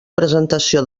presentació